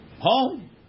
Home